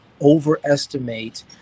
Overestimate